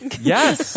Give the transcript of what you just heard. Yes